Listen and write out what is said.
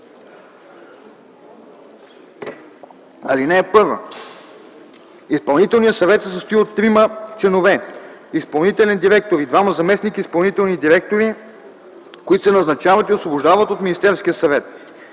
Чл. 22г. (1) Изпълнителният съвет се състои от трима членове – изпълнителен директор и двама заместник изпълнителни директори, които се назначават и освобождават от Министерския съвет.